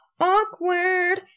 awkward